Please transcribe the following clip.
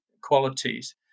qualities